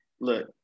look